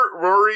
Rory